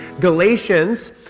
Galatians